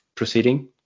proceeding